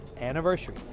anniversary